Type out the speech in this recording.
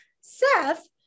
seth